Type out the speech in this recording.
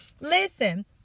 listen